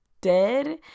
dead